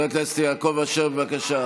יום שחור לדמוקרטיה הישראלית.